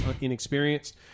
inexperienced